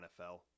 NFL